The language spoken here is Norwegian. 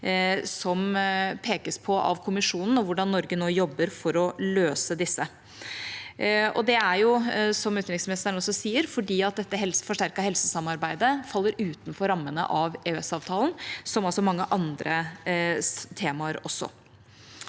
som pekes på av EU-kommisjonen, og hvordan Norge nå jobber for å løse disse. Det er jo, som utenriksministeren sier, fordi dette forsterkede helsesamarbeidet faller utenfor rammene av EØS-avtalen, som også mange andre temaer